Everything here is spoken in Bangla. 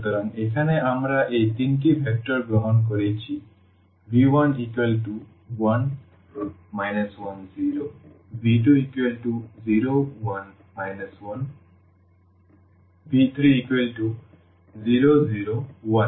সুতরাং এখানে আমরা এই তিনটি ভেক্টর গ্রহণ করেছি v11 10v201 1v3001